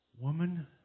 Woman